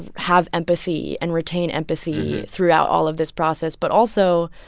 and have empathy and retain empathy throughout all of this process. but also,